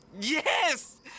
Yes